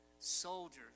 Soldiers